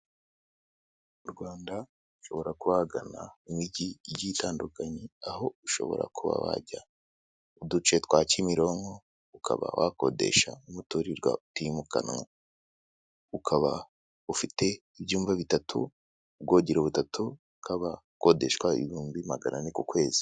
Mu Rwanda ushobora kubagana imijyi igiye itandukanye aho ushobora kuba wajya muduce twa kimironko ukaba wakodesha umuturirwa utimukanwa ukaba ufite ibyumba bitatu ubwogero butatu ukaba ukodeshwa ibihumbi magana ane ku kwezi.